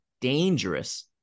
dangerous